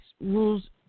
rules